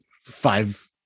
five